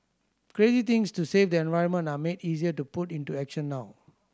crazy things to save the environment are made easier to put into action now